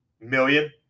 million